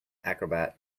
acrobat